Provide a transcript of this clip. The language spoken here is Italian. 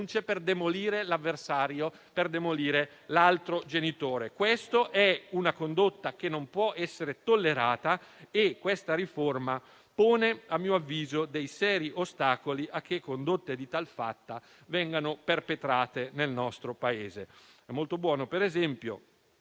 per demolire l'avversario, ovvero l'altro genitore. Questa è una condotta che non può essere tollerata e questa riforma pone - a mio avviso - dei seri ostacoli al fatto che simili condotte vengano perpetrate nel nostro Paese. È molto positivo - ad esempio